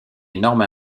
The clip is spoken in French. énorme